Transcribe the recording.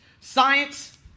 science